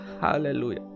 Hallelujah